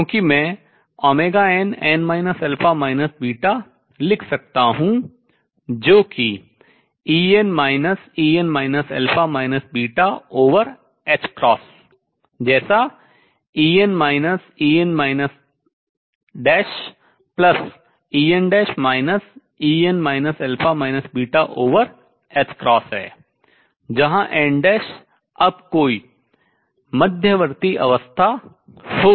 क्योंकि मैं nn लिख सकता हूँ जो कि ℏ जैसा En EnEn En ℏ है जहां n अब कोई मध्यवर्ती अवस्था हो सकती है